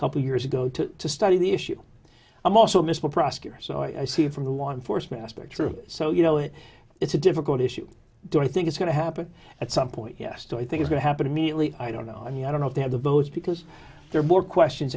couple years ago to study the issue i'm also mr prosecutor so i see it from the law enforcement aspect through so you know it it's a difficult issue do i think it's going to happen at some point yes do i think is going to happen immediately i don't know i mean i don't know if they have the votes because there are more questions